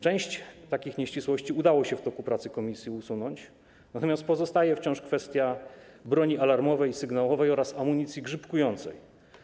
Część takich nieścisłości udało się w toku pracy komisji usunąć, natomiast pozostaje wciąż kwestia broni alarmowej, sygnałowej oraz amunicji grzybkującej.